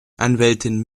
anwältin